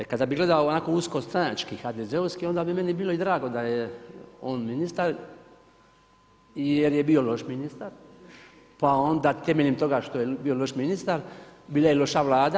Kada bi gledao onako usko stranački i HDZ-ovski onda bi meni bilo i drago da je on ministar jer je bio loš ministar pa onda temeljem toga što je bio loš ministar bila je i loša vlada.